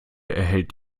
erhält